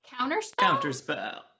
Counterspell